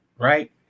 right